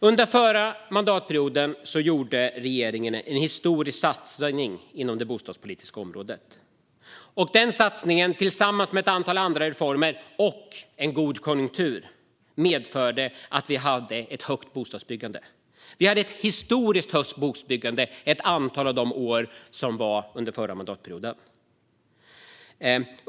Under förra mandatperioden gjorde regeringen en historisk satsning på det bostadspolitiska området. Den satsningen tillsammans med ett antal andra reformer och en god konjunktur medförde att vi hade ett högt bostadsbyggande. Vi hade ett historiskt högt bostadsbyggande ett antal år under förra mandatperioden.